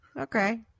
Okay